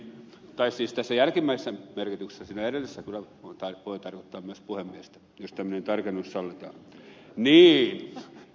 tai siis tässä jälkimmäisessä merkityksessä siinä edellisessä kyllä voi tarkoittaa myös puhemiestä jos tämmöinen tarkennus sallitaan